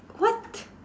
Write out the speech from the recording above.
what